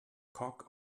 cock